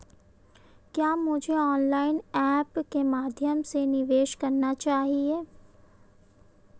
क्या मुझे online apps के माध्यम से निवेश करना चाहिए?